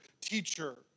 teacher